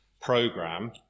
program